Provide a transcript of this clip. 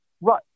Right